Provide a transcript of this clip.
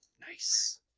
Nice